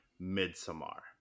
midsommar